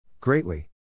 Greatly